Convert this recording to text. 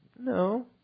No